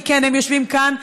כי הם יושבים כאן,